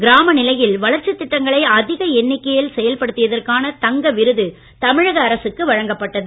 கிராம நிலையில் வளர்ச்சித் திட்டங்களை அதிக எண்ணிக்கையில் செயல்படுத்தியதற்கான தங்க விருது தமிழக அரசுக்கு வழங்கப்பட்டது